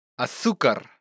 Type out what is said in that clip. azúcar